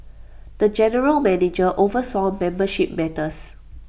the general manager oversaw membership matters